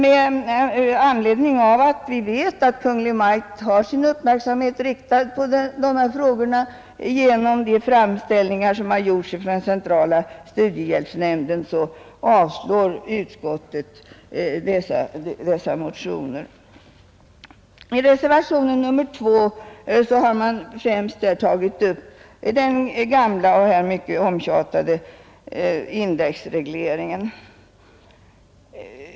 Eftersom vi vet att Kungl. Maj:t har sin uppmärksamhet riktad på dessa frågor med anledning av de framställningar som har gjorts från centrala studiehjälpsnämnden, avstyrker utskottet motionsyrkandena. I reservationen 2 har man främst tagit upp den gamla och här mycket omtjatade indexregleringen.